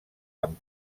amb